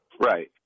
Right